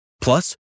Plus